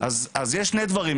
אז יש שני דברים,